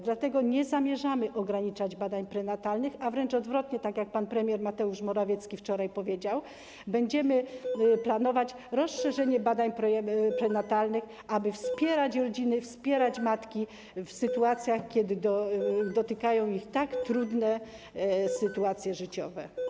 Dlatego nie zamierzamy ograniczać badań prenatalnych, a wręcz odwrotnie, tak jak pan premier Mateusz Morawiecki wczoraj powiedział, będziemy planować rozszerzenie badań prenatalnych, aby wspierać rodziny, wspierać matki w sytuacjach, kiedy dotykają ich tak trudne sytuacje życiowe.